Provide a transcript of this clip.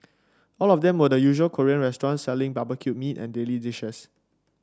all of them were the usual Korean restaurants selling barbecued meat and daily dishes